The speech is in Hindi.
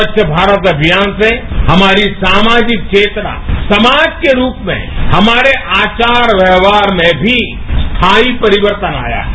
स्वच्छ भारत अभियान से हमारी सामाजिक चेतना समाज के रूप में हमारे आचार व्यवहार में भी स्थायी परिवर्तन आया है